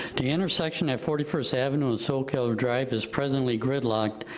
the intersection at forty first avenue and soquel drive is presently gridlocked,